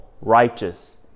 righteous